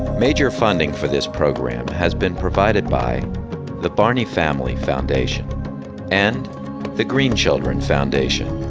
major funding for this program has been provided by the barney family foundation and the green children foundation.